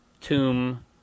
tomb